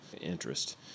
interest